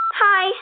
hi